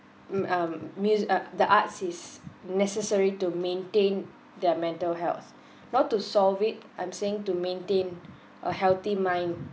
mm um mu~ um the arts is necessary to maintain their mental health not to solve it I'm saying to maintain a healthy mind